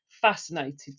fascinated